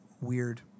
weird